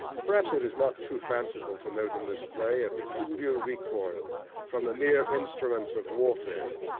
perhaps it is not too fanciful to note in this play a peculiar recoil from the mere instruments of warfare,